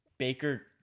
Baker